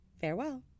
farewell